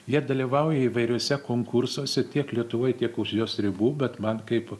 jie dalyvauja įvairiuose konkursuose tiek lietuvoj tiek už jos ribų bet man kaip